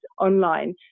online